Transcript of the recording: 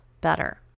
better